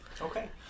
okay